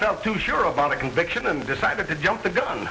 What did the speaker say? felt too sure of a conviction and decided to jump the gun